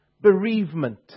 Bereavement